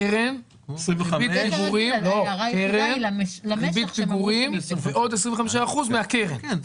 קרן, ריבית פיגורים, ועוד 25% מן הקרן.